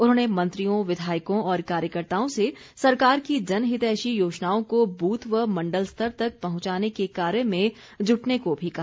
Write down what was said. उन्होंने मंत्रियों विधायकों और कार्यकर्ताओं से सरकार की जनहितैषी योजनाओं को बूथ व मण्डल स्तर तक पहुंचाने के कार्य में जुटने को भी कहा